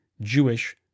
Jewish